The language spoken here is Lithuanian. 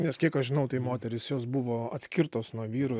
nes kiek aš žinau tai moterys jos buvo atskirtos nuo vyrų